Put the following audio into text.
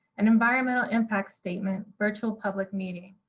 an environmental impact statement virtual public meeting.